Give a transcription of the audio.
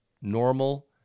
normal